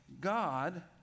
God